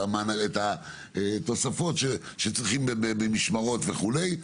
את התוספות שצריכים במשמרות וכולי,